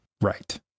Right